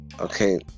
okay